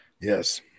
Yes